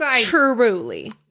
truly